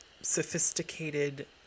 sophisticated